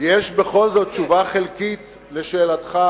יש בכל זאת תשובה חלקית לשאלתך